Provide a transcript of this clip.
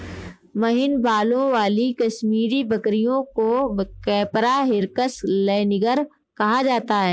महीन बालों वाली कश्मीरी बकरियों को कैपरा हिरकस लैनिगर कहा जाता है